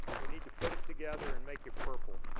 we need to put it together and make it purple.